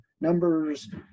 numbers